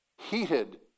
heated